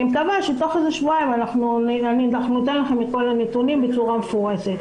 אני מקווה שתוך שבועיים ניתן לכם את כל הנתונים בצורה מפורטת.